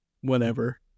whenever